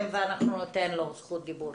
וניתן לו זכות דיבור.